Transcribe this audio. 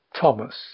Thomas